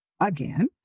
Again